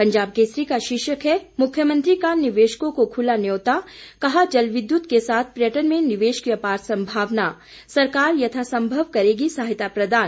पंजाब केसरी का शीर्षक है मुख्यमंत्री का निवेशकों को खुला न्यौता कहा जल विद्युत के साथ पर्यटन में निवेश की आपार संभावना सरकार यथा संभव करेगी सहायता प्रदान